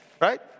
Right